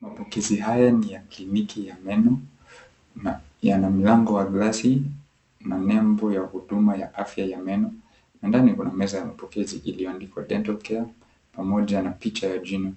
Mapokezi haya ni ya kliniki ya meno na yana mlango wa glasi na nembo ya huduma ya afya ya meno na ndani kuna meza ya mapokezi iliyoandikwa [𝑐𝑠]Dental 𝐶𝑎𝑟𝑒[𝑐𝑠[ pamoja na picha ya jino.